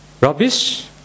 rubbish